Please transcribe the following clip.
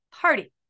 party